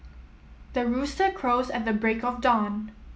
the rooster crows at the break of dawn